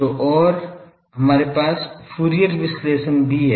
तो और हमारे पास फूरियर विश्लेषण भी है